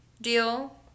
deal